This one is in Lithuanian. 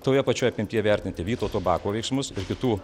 toje pačioje apimtyje vertinti vytauto bako veiksmus ir kitų